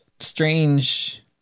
Strange